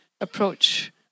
approach